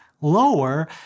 lower